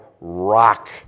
rock